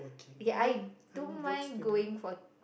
okay I don't mind going for